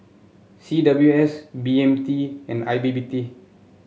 C W S B M T and I P P T